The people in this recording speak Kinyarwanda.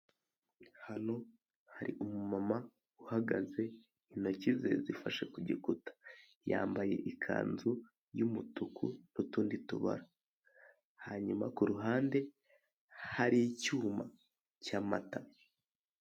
Hano hari umumama uhagaze, intoki ze zifashe ku gikuta, yambaye ikanzu y'umutuku n'utundi tubara, hanyuma ku ruhande hari icyuma cy'amata.